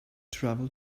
travel